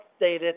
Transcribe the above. updated